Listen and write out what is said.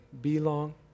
belong